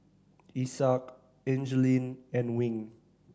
Isaak Angeline and Wing